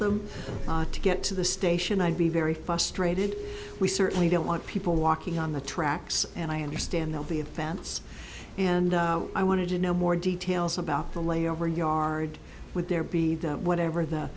them to get to the station i'd be very frustrated we certainly don't want people walking on the tracks and i understand they'll be offense and i wanted to know more details about the layover yard would there be the whatever the